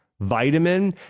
Vitamin